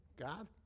God